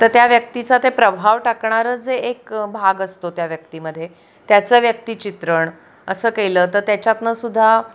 तर त्या व्यक्तीचा ते प्रभाव टाकणारं जे एक भाग असतो त्या व्यक्तीमध्ये त्याचं व्यक्तीचित्रण असं केलं तर त्याच्यातनंसुद्धा